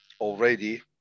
already